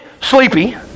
sleepy